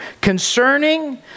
Concerning